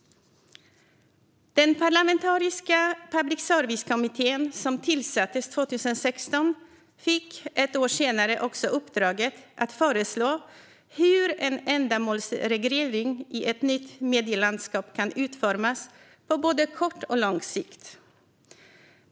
Den parlamentariska public service-kommitté som tillsattes 2016 fick ett år senare också uppdraget att föreslå hur en ändamålsreglering i ett nytt medielandskap kan utformas på kort och lång sikt.